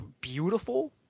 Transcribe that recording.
beautiful